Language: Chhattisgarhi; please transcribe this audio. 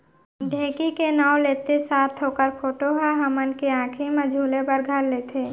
ढेंकी के नाव लेत्ते साथ ओकर फोटो ह हमन के आंखी म झूले बर घर लेथे